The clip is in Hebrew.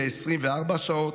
ל-24 שעות,